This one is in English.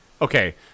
okay